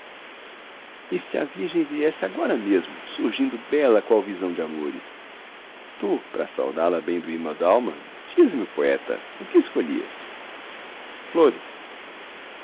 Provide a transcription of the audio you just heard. se a virgem viesse agora mesmo surgindo bela qual visão de amores tu pra saudá-la bem do imo dalma diz-me poeta o que escolhias flores